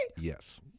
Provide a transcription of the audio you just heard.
Yes